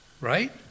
right